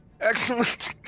Excellent